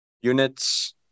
units